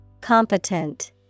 Competent